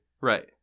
right